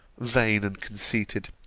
vain and conceited,